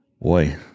boy